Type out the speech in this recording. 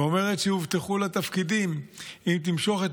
ואומרת שהובטחו לה תפקידים אם תמשוך את